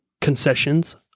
concessions